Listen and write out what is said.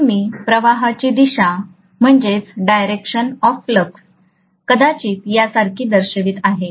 म्हणून मी प्रवाहाची दिशा कदाचित यासारखी दर्शवित आहे